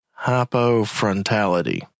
hypofrontality